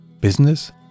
business